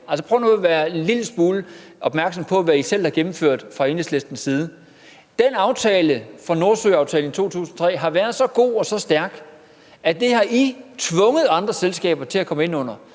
prøv nu at være en lille smule opmærksom på, hvad I selv har gennemført fra Enhedslistens side. Nordsøaftalen fra 2003 har været så god og så stærk, at I har tvunget andre selskaber til at komme med i den.